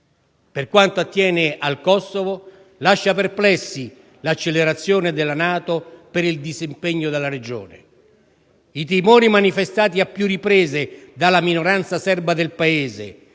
Per quanto attiene al Kosovo, lascia perplessi l'accelerazione della NATO per il disimpegno dalla regione. I timori manifestati a più riprese dalla minoranza serba del Paese,